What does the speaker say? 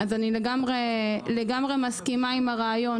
אני לגמרי מסכימה עם הרעיון.